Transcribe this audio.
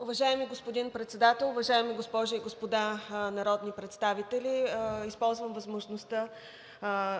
Уважаеми господин Председател, уважаеми госпожи и господа народни представители! Използвам възможността